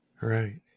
Right